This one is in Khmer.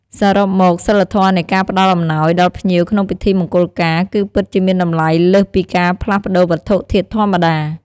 សរុបមក សីលធម៌នៃការផ្តល់អំណោយដល់ភ្ញៀវក្នុងពិធីមង្គលការ គឺពិតជាមានតម្លៃលើសពីការផ្លាស់ប្តូរវត្ថុធាតុធម្មតា។